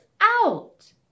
out